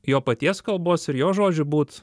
jo paties kalbos ir jo žodžių būt